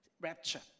rapture